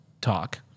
talk